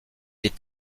est